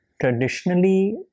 Traditionally